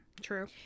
True